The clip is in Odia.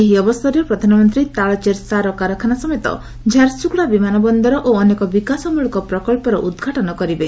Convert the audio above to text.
ଏହି ଅବସରରେ ପ୍ରଧାନମନ୍ତ୍ରୀ ତାଳଚେର ସାର କାରଖାନା ସମେତ ଝାରସ୍ତଗ୍ରଡା ବିମାନ ବନ୍ଦର ଓ ଅନେକ ବିକାଶମୂଳକ ପ୍ରକଳ୍ପର ଉଦ୍ଘାଟନ କରିବେ